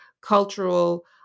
cultural